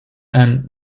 and